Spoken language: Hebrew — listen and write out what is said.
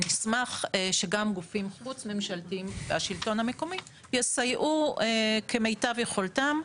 ונשמח שגם גופים חוץ ממשלתיים והשלטון המקומי יסייעו כמיטב יכולתם.